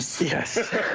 Yes